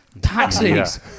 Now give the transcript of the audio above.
taxis